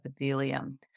epithelium